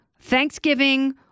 Thanksgiving